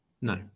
No